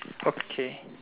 okay